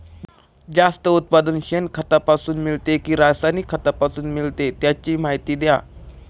जास्त उत्पादन शेणखतापासून मिळते कि रासायनिक खतापासून? त्याची माहिती द्या